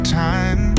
time